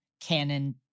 canon